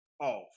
off